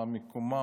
מה מקומן,